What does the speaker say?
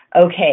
Okay